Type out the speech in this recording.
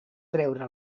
treure